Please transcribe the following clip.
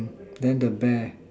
then the bear